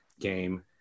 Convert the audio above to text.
game